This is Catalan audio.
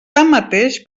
tanmateix